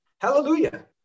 hallelujah